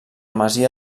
masia